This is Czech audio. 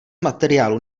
materiálů